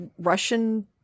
russian